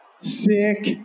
Sick